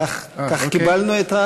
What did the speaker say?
כך במכתב שקיבלנו.